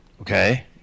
Okay